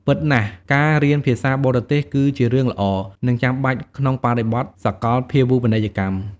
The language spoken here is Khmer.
ពិតណាស់ ការរៀនភាសាបរទេសគឺជារឿងល្អ និងចាំបាច់ក្នុងបរិបទសាកលភាវូបនីយកម្ម។